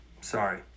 Sorry